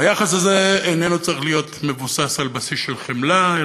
היחס הזה איננו צריך להיות על בסיס של חמלה,